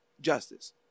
justice